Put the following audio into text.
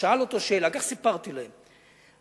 כך סיפרתי להם,